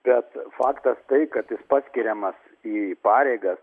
bet faktas tai kad jis paskiriamas į pareigas